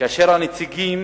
כאשר הנציגים